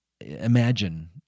imagine